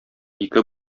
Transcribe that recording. ике